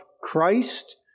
Christ